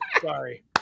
Sorry